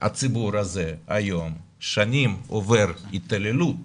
הציבור הזה היום שנים עובר התעללות.